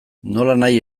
nolanahi